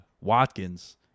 Watkins